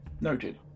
Noted